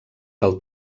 del